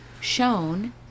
shown